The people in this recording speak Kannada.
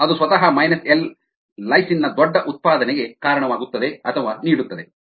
ಅದು ಸ್ವತಃ ಮೈನಸ್ ಲೈಸಿನ್ ನ ದೊಡ್ಡ ಉತ್ಪಾದನೆಗೆ ಕಾರಣವಾಗುತ್ತದೆ ಅಥವಾ ನೀಡುತ್ತದೆ